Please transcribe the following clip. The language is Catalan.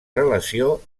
relació